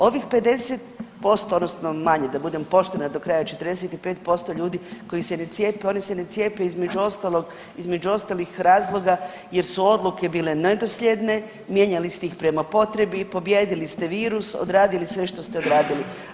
Ovih 50% odnosno manje da bude poštena do kraja 45% ljudi koji se ne cijepe oni se ne cijepe između ostalog, između ostalih razloga jer su odluke bile neslijedne, mijenjali ste ih prema potrebi i pobijedili ste virus, odradili sve što ste odradili.